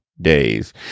days